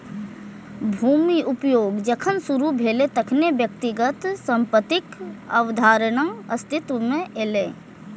भूमिक उपयोग जखन शुरू भेलै, तखने व्यक्तिगत संपत्तिक अवधारणा अस्तित्व मे एलै